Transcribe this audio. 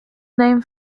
named